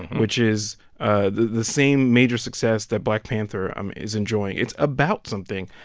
which is ah the the same major success that black panther um is enjoying. it's about something.